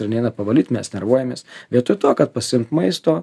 ir neina pavalyt mes nervuojamės vietoj to kad pasiimt maisto